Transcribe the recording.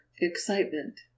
excitement